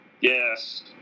Yes